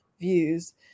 views